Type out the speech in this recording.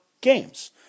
games